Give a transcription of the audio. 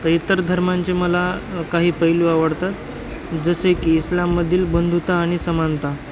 तर इतर धर्मांचे मला काही पैलू आवडतात जसे की इस्लामधील बंधुता आणि समानता